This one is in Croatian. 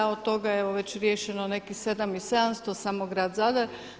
Od toga je evo već riješeno nekih 7 i 700 samo Grad Zadar.